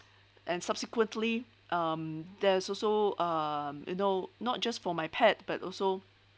and subsequently um there's also um you know not just for my pet but also